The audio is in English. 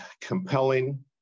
compelling